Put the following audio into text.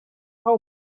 how